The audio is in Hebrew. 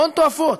הון תועפות.